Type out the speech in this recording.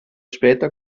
später